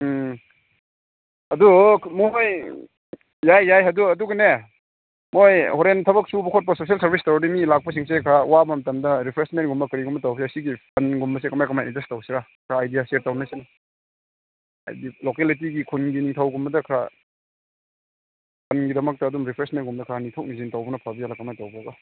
ꯎꯝ ꯑꯗꯨ ꯃꯣꯏ ꯌꯥꯏ ꯌꯥꯏ ꯑꯗꯨ ꯑꯗꯨꯒꯅꯦ ꯃꯣꯏ ꯍꯣꯔꯦꯟ ꯊꯕꯛ ꯁꯨꯕ ꯈꯣꯠꯄ ꯁꯣꯁꯦꯜ ꯁꯔꯚꯤꯁ ꯇꯧꯔꯗꯤ ꯃꯤ ꯂꯥꯛꯄꯁꯤꯡꯁꯦ ꯈꯔ ꯋꯥꯕ ꯃꯇꯝꯗ ꯔꯤꯐ꯭ꯔꯦꯁꯃꯦꯟꯒꯨꯝꯕ ꯀꯔꯤꯒꯨꯝꯕ ꯇꯧꯕꯁꯦ ꯁꯤꯒꯤ ꯐꯟꯒꯨꯝꯕꯁꯦ ꯀꯃꯥꯏ ꯀꯃꯥꯏ ꯑꯦꯠꯖꯁ ꯇꯧꯁꯤꯔꯥ ꯈꯔ ꯑꯥꯏꯗꯤꯌꯥ ꯁꯤꯌꯔ ꯇꯧꯅꯁꯤꯅꯦ ꯍꯥꯏꯗꯤ ꯂꯣꯀꯦꯂꯤꯇꯤꯒꯤ ꯈꯨꯟꯒꯤ ꯅꯤꯡꯊꯧꯒꯨꯝꯕꯗ ꯈꯔ ꯐꯟꯒꯤꯗꯃꯛꯇ ꯑꯗꯨꯝ ꯔꯤꯐ꯭ꯔꯦꯁꯃꯦꯟꯒꯨꯝꯕꯗꯣ ꯈꯔ ꯅꯤꯊꯣꯛ ꯅꯤꯁꯤꯟ ꯇꯧꯕꯅ ꯐꯗꯣꯏꯖꯥꯠꯂ ꯀꯃꯥꯏ ꯇꯧꯒꯦꯕ